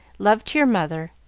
love to your mother.